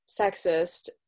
sexist